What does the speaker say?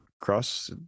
Cross